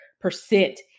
percent